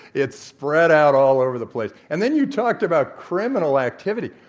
it's spread out all over the place. and then you talked about criminal activity.